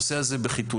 הנושא הזה בחיתוליו.